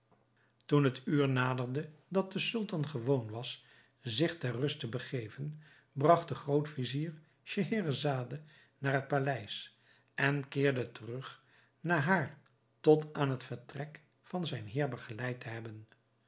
toen het uur naderde dat de sultan gewoon was zich ter rust te begeven bragt de groot-vizier scheherazade naar het paleis en keerde terug na haar tot aan het vertrek van zijn heer begeleid te hebben